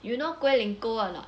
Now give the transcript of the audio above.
you know gui ling gou or not